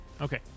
Okay